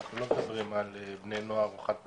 אנחנו לא מדברים על בני נוער בשימוש חד פעמי,